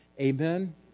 Amen